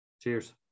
Cheers